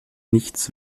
nichts